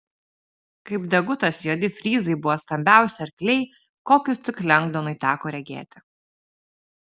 kaip degutas juodi fryzai buvo stambiausi arkliai kokius tik lengdonui teko regėti